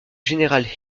général